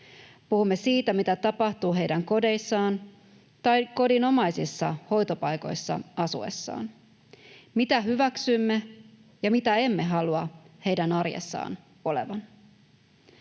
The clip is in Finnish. Puhumme siitä, mitä tapahtuu heidän kodeissaan tai heidän kodinomaisissa hoitopaikoissa asuessaan, mitä hyväksymme ja mitä emme halua heidän arjessaan olevan.